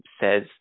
says